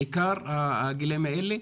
בעיקר הגילאים האלה,